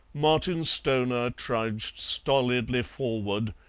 martin stoner trudged stolidly forward,